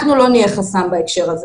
אנחנו לא נהיה חסם בהקשר הזה.